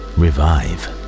revive